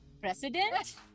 President